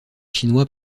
chinois